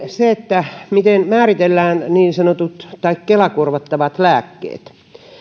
se miten määritellään niin sanotut kela korvattavat lääkkeet